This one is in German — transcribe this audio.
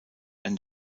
ein